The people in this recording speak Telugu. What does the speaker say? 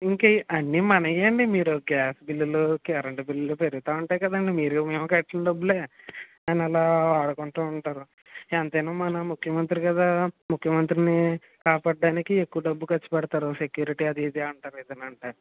ఇంకా అన్ని మనవే అండి మీరు గ్యాస్ బిల్లులు కరెంటు బిల్లులు పెరుగుతూ ఉంటాయి కాదండీ మీరు మేము కట్టిన డబ్బులే అయన అలా వాడుకుంటూ ఉంటారు ఎంతైనా ముఖ్యమంత్రి కదా ముఖ్య మంత్రిని కాపాడ్డానికి ఎక్కువ డబ్బు ఖర్చు పెడతారు సెక్యూరిటీ అది ఇది అంటారు ఏదైనా అంటే